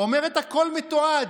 אומרת: הכול מתועד.